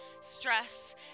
stress